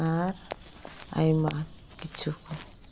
ᱟᱨ ᱟᱭᱢᱟ ᱠᱤᱪᱷᱩ ᱠᱚ